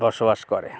বসবাস করে